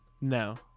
no